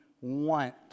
want